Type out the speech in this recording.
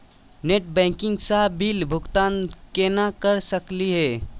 Net banking स bill भुगतान केना कर सकली हे?